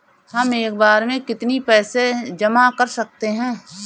हम एक बार में कितनी पैसे जमा कर सकते हैं?